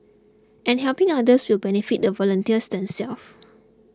and helping others will benefit the volunteers themselves